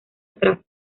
atrás